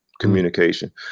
communication